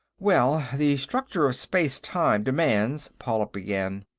well, the structure of space-time demands. paula began.